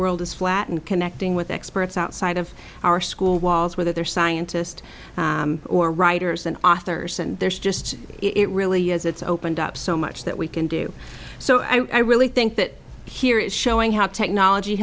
world is flat and connecting with experts outside of our school walls whether they're scientists or writers and authors and there's just it really is it's opened up so much that we can do so i really think that here is showing how technology